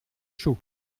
chaud